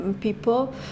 people